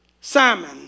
Simon